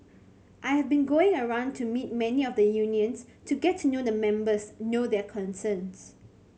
I have been going around to meet many of the unions to get to know the members know their concerns